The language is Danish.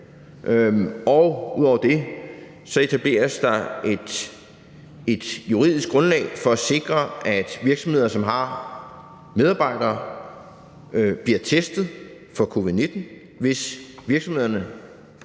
og ud over det etableres der et juridisk grundlag for at sikre, at virksomheder, som har medarbejdere, bliver testet for covid-19, hvis virksomhederne